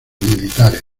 militares